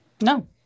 No